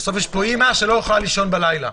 בסוף יש פה אימא שלא יכולה לישון בלילה,